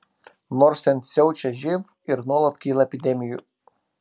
nors ten siaučia živ ir nuolat kyla epidemijų